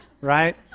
Right